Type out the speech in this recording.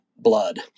blood